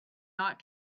not